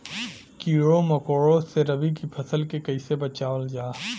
कीड़ों मकोड़ों से रबी की फसल के कइसे बचावल जा?